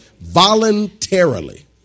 voluntarily